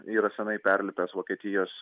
yra senai perlipęs vokietijos